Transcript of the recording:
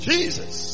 Jesus